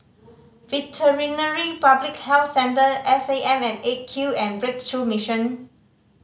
Veterinary Public Health Centre S A M at Eight Q and Breakthrough Mission